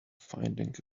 finding